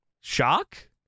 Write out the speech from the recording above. Shock